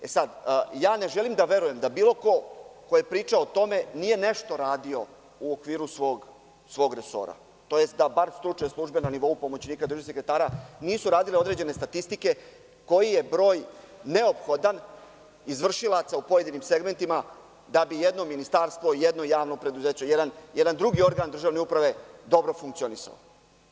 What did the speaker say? Ne želim da verujem da bilo ko ko je pričao o tome nije nešto radio u okviru svog resora, tj. da bar stručne službe na nivou pomoćnika državnog sekretara nisu radile određene statistike koji je broj neophodan izvršilaca u pojedinim segmentima da bi jedno ministarstvo, jedno javno preduzeće, jedan drugi organ državne uprave dobro funkcionisao.